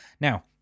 Now